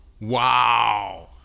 Wow